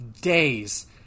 days